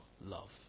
love